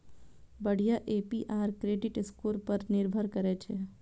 बढ़िया APR credit score पर निर्भर करै छै